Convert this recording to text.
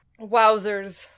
Wowzers